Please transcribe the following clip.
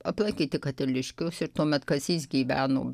aplankyti katiliškius ir tuomet kazys gyveno